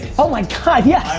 oh my god, yeah